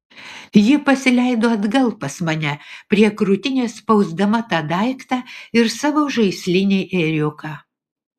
ji pasileido atgal pas mane prie krūtinės spausdama tą daiktą ir savo žaislinį ėriuką